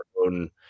own